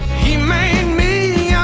he made me